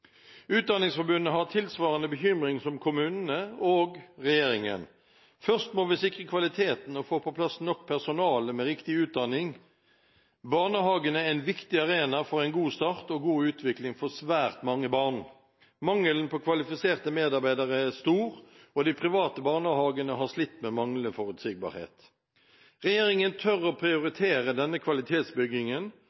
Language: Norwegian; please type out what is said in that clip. Utdanningsforbundet har en bekymring tilsvarende den til kommunene og regjeringen. Først må vi sikre kvaliteten og få på plass nok personale med riktig utdanning. Barnehagene er en viktig arena for en god start og god utvikling for svært mange barn. Mangelen på kvalifiserte medarbeidere er stor, og de private barnehagene har slitt med manglende forutsigbarhet. Regjeringen tør å